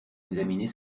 examiner